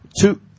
Two